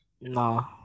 No